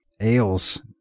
ales